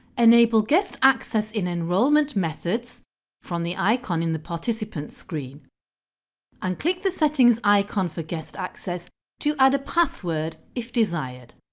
enable guest access in enrolment methods from the icon in the participants screen and click the settings icon for guest access to add a password if desired.